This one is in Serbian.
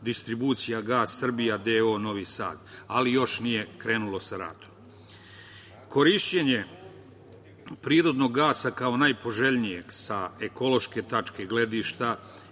distribucija „Gas Srbija“ d.o. Novi Sad, ali još nije krenulo sa radom. Korišćenje prirodnog gasa kao najpoželjnijeg sa ekološke tačke gledišta